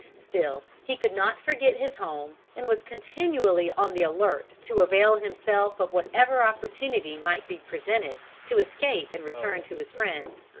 still he could not forget his home, and was continually on the alert to avail himself of whatever opportunity might be presented to escape and return to his friends.